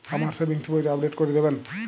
আমার সেভিংস বইটা আপডেট করে দেবেন?